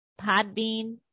Podbean